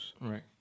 Right